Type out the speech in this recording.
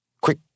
quick